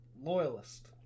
loyalist